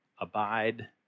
abide